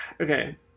Okay